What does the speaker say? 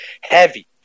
heavy